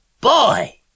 boy